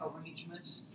arrangements